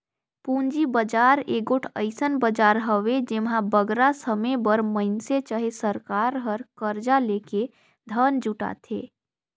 पूंजी बजार एगोट अइसन बजार हवे जेम्हां बगरा समे बर मइनसे चहे सरकार हर करजा लेके धन जुटाथे